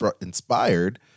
inspired